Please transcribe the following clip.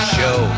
Show